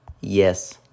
Yes